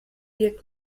wirkt